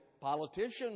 politicians